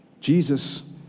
Jesus